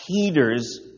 Peter's